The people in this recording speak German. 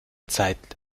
zeit